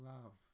Love